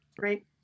Right